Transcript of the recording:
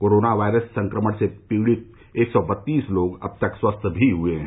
corona virus संक्रमण से पीड़ित एक सौ बत्तीस लोग अब तक स्वस्थ भी हुए हैं